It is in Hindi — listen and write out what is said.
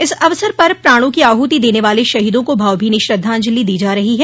इस अवसर पर प्राणों की आहुति देने वाले शहीदों को भावभीनी श्रद्धांजलि दी जा रही है